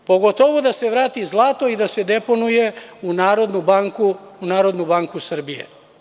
Pogotovo da se vrati zlato i da se deponuje u Narodnu banku Srbije.